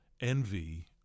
envy